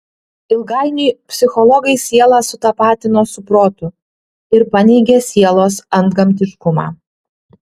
ilgainiui psichologai sielą sutapatino su protu ir paneigė sielos antgamtiškumą